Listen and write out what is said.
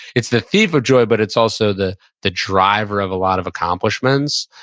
it's the thief of joy, but it's also the the driver of a lot of accomplishments.